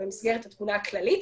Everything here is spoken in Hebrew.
במסגרת התמונה הכללית,